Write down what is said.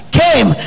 came